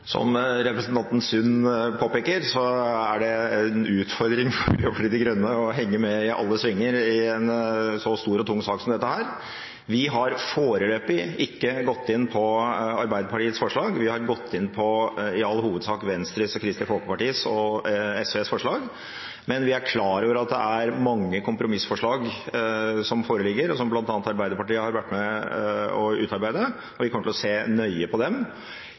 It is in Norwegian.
Som representanten Sund påpeker, er det en utfordring for Miljøpartiet De Grønne å henge med i alle svinger i en så stor og tung sak som dette. Vi har foreløpig ikke gått inn på Arbeiderpartiets forslag. Vi har i all hovedsak gått inn på Venstres, Kristelig Folkepartis og SVs forslag, men vi er klar over at det er mange kompromissforslag som foreligger, og som bl.a. Arbeiderpartiet har vært med på å utarbeide. Vi kommer til å se nøye på dem